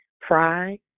Pride